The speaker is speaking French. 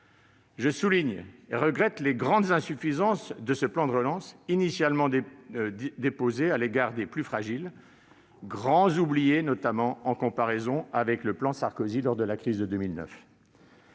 Je souligne et regrette les grandes insuffisances du plan de relance initial à l'égard des plus fragiles qui sont les grands oubliés, notamment en comparaison avec le plan Sarkozy adopté lors de la crise de 2009.